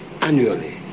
annually